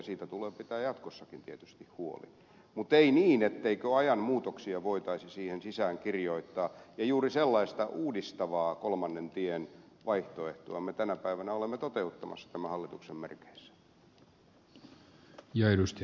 siitä tulee pitää jatkossakin tietysti huoli mutta ei niin ettei ajan muutoksia voitaisi siihen sisään kirjoittaa ja juuri sellaista uudistavaa kolmannen tien vaihtoehtoa me tänä päivänä olemme toteuttamassa tämän hallituksen merkeissä